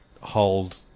hold